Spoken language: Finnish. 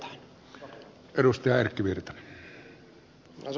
arvoisa puhemies